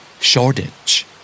Shortage